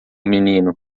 menino